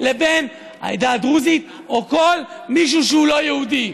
לבין העדה הדרוזית או כל מי שהוא לא יהודי.